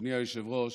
אדוני היושב-ראש,